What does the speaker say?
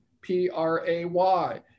P-R-A-Y